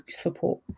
support